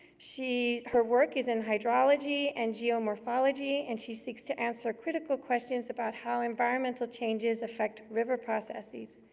she her work is in hydrology and geomorphology, and she seeks to answer critical questions about how environmental changes affect river processes.